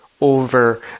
over